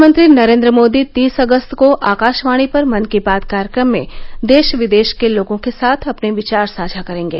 प्रधानमंत्री नरेंद्र मोदी तीस अगस्त को आकाशवाणी पर मन की बात कार्यक्रम में देश विदेश के लोगों के साथ अपने विचार साझा करेंगे